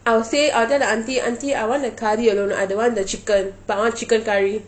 I will say I will tell the aunty aunty I want the curry alone I don't want the chicken but I want chicken curry